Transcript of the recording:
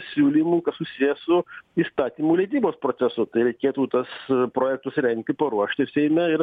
siūlymų kas susiję su įstatymų leidybos procesu tai reikėtų tas projektus rengti paruošti seime ir